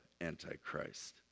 Antichrist